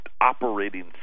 operating